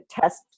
test